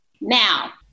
Now